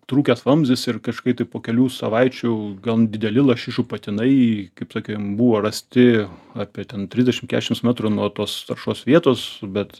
trūkęs vamzdis ir kažkai tai po kelių savaičių gan dideli lašišų patinai kaip tokie buvo rasti apie ten trisdešim kešims metrų nuo tos taršos vietos bet